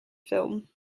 film